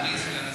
אדוני סגן השר.